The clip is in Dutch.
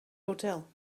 hotel